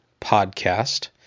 Podcast